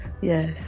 Yes